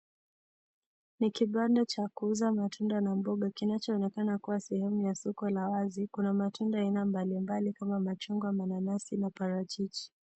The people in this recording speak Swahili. Ni kibanda cha kuuza matunda na mboga kinachoonekana kuwa sehemu ya soko la wazi. Kuna matunda aina mbali mbali kama machungwa, mananasi na parachichi.